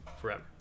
forever